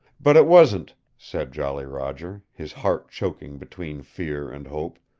but it wasn't, said jolly roger, his heart choking between fear and hope.